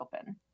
open